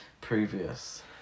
previous